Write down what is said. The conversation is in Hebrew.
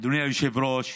אדוני היושב-ראש,